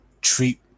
treat